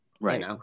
Right